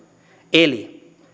eli